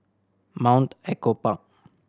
Mount Echo Park